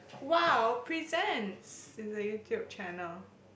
Wow Presents is a YouTube channel